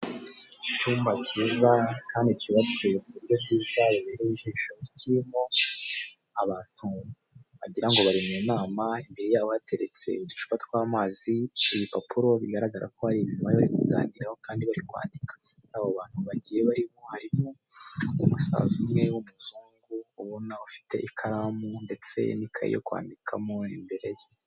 Icyumba cyiza kandi cyubatswe mu buryo bwiza bubereye ijisho, kirimo abantu wagira ngo bari mu inama, imbere yabo hateretse uducupa tw'amazi, ibipapuro bigaragara ko hari ingingo yo kuganiraho kandi bari kwandika. N'abo bantu bagiye babarimo harimo umusaza umwe w'umuzungu ubona ufite ikaramu ndetse n'ikayi yo kwandikamo imbere ye.